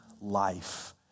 life